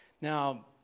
Now